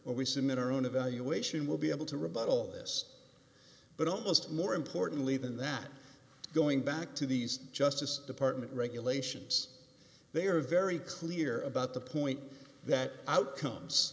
or we submit our own evaluation we'll be able to rebut all this but almost more importantly than that going back to these justice department regulations they are very clear about the point that outcomes